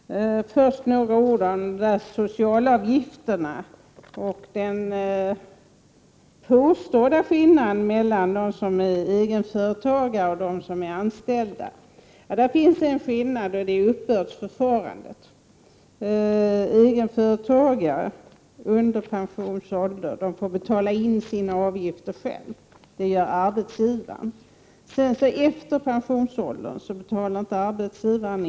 Herr talman! Först vill jag säga några ord om socialavgifterna och den påstådda skillnaden mellan egenföretagare och anställda. Det finns en skillnad, och det är uppbördsförfarandet. Egenföretagare under pensionsål och det gör inte heller egenföretagaren.